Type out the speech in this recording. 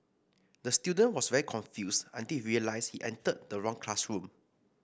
the student was very confused until he realised he entered the wrong classroom